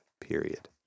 period